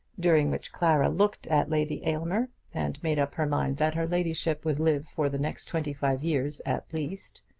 during which clara looked at lady aylmer, and made up her mind that her ladyship would live for the next twenty-five years at least.